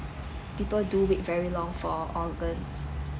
people do wait very long for organs